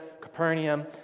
Capernaum